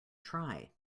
try